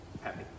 happy